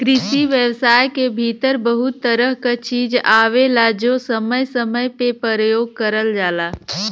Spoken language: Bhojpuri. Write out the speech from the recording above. कृषि व्यवसाय के भीतर बहुत तरह क चीज आवेलाजो समय समय पे परयोग करल जाला